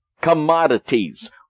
commodities